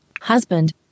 Husband